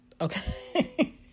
Okay